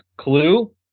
Clue